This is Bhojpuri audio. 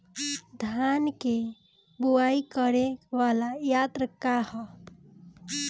धान के बुवाई करे वाला यत्र का ह?